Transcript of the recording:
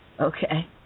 Okay